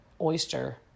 oyster